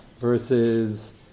versus